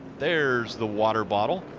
there is the water bottle